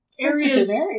Areas